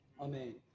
Amen